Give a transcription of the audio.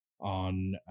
on